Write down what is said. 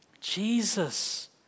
Jesus